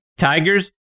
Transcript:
Tigers